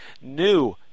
New